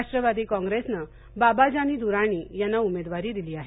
राष्ट्रवादी काँग्रेसने बाबाजानी दुर्राणी यांना उमेदवारी दिली आहे